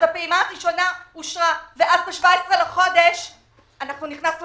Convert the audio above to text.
הפעימה הראשונה אושרה ואז ב-17 לחודש נכנסנו